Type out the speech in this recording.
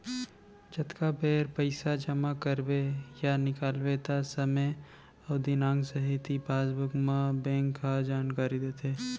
जतका बेर पइसा जमा करबे या निकालबे त समे अउ दिनांक सहित ई पासबुक म बेंक ह जानकारी देथे